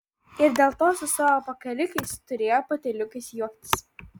ir dėl to su savo pakalikais turėjo patyliukais juoktis